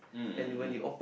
um um um